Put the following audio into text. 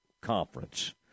conference